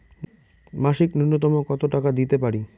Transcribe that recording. মাসিক নূন্যতম কত টাকা দিতে পারি?